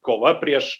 kova prieš